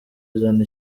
bizana